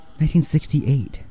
1968